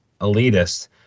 elitist